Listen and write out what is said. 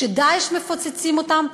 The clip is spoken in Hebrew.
כש"דאעש" מפוצצים אותם,